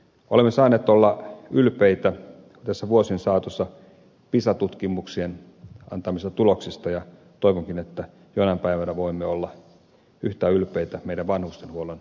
olemme saaneet olla ylpeitä tässä vuosien saatossa pisa tutkimuksien antamista tuloksista ja toivonkin että jonain päivänä voimme olla yhtä ylpeitä vanhustenhuoltomme saavutuksista